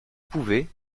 pouvait